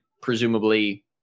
presumably